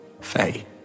Faye